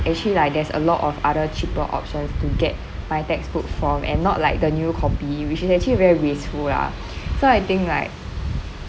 actually like there's a lot of other cheaper options to get my textbook from and not like the new copy which is actually very wasteful lah so I think like